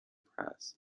press